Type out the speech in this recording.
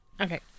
Okay